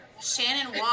Shannon